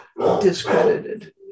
discredited